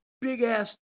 big-ass